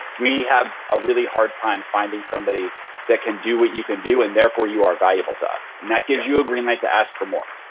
we have a really hard time finding somebody that can do what you can do and therefore you are valuable to us. and that gives you a green light to ask for more.